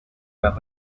were